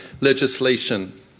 legislation